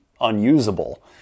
unusable